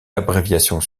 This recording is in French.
abréviations